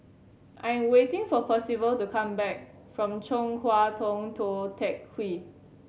I'm waiting for Percival to come back from Chong Hua Tong Tou Teck Hwee